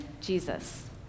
Jesus